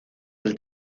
del